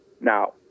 Now